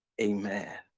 Amen